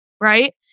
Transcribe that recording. Right